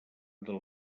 del